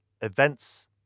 events